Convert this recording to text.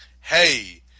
hey